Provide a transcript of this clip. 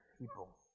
people